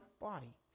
body